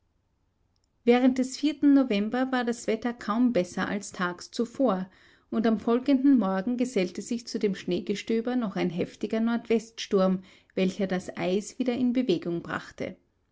während des november war das wetter kaum besser als tags zuvor und am folgenden morgen gesellte sich zu dem schneegestöber noch ein heftiger nordweststurm welcher das eis wieder in bewegung brachte